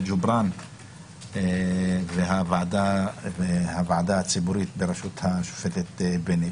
גו'בראן והוועדה הציבורית בראשות השופטת בייניש.